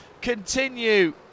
continue